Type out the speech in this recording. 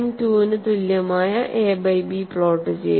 2 ന് തുല്യമായ A by B plot ചെയ്യുന്നു